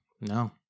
no